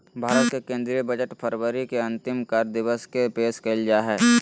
भारत के केंद्रीय बजट फरवरी के अंतिम कार्य दिवस के पेश कइल जा हइ